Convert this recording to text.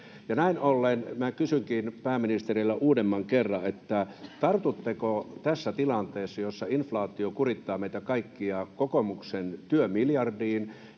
Näin ollen kysynkin pääministeriltä uudemman kerran: tartutteko tässä tilanteessa, jossa inflaatio kurittaa meitä kaikkia, kokoomuksen työmiljardiin,